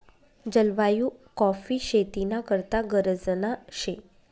जलवायु काॅफी शेती ना करता गरजना शे